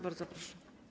Bardzo proszę.